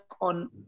on